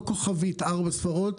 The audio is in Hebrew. לא כוכבית ארבע ספרות.